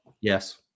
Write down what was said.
Yes